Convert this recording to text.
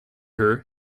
her